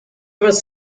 was